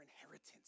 inheritance